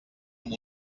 amb